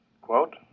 Quote